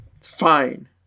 Fine